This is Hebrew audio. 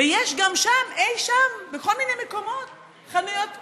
ויש גם שם, אי-שם, בכל מיני מקומות חנויות פתוחות.